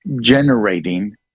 generating